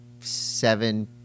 seven